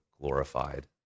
glorified